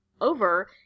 over